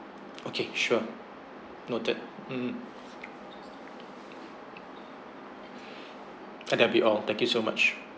okay sure noted mm uh that'll be all thank you so much